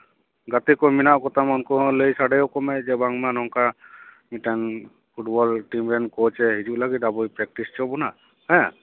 ᱜᱟᱛᱮ ᱠᱚ ᱢᱮᱱᱟᱜ ᱠᱚᱛᱟᱢᱟ ᱩᱱᱠᱩ ᱦᱚᱸ ᱞᱟᱹᱭ ᱥᱟᱰᱮᱣᱟᱠᱚ ᱢᱮ ᱵᱟᱝᱢᱟ ᱱᱚᱝᱠᱟ ᱢᱤᱫᱴᱟᱝ ᱯᱷᱩᱴᱵᱚᱞ ᱴᱤᱢᱨᱮᱱ ᱠᱳᱪ ᱮ ᱦᱤᱡᱩᱜ ᱞᱟᱹᱜᱤᱫ ᱟᱵᱚᱭ ᱯᱨᱮᱠᱴᱤᱥ ᱦᱚᱪᱚᱵᱚᱱᱟ ᱦᱮᱸ